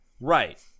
Right